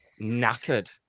Knackered